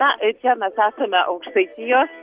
na čia mes esame aukštaitijos